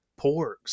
porks